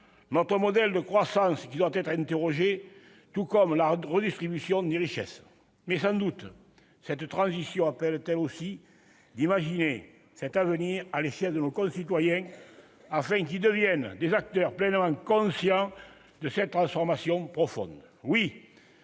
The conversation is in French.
notre modèle de croissance qui doit être interrogé, tout comme la redistribution des richesses. Sans doute cette transition appelle-t-elle aussi à imaginer cet avenir à l'échelle de nos concitoyens, afin qu'ils deviennent des acteurs pleinement conscients de cette transformation profonde.